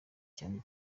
cyane